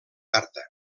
carta